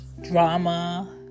drama